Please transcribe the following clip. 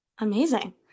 Amazing